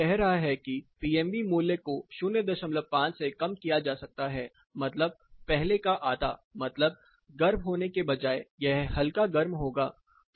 तब वह कह रहा है कि पीएमवी मूल्य को 05 से कम किया जा सकता है मतलब पहले का आधा मतलब गर्म होने के बजाय यह हल्का गर्म होगा